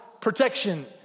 protection